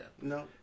No